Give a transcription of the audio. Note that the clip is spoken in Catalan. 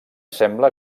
sembla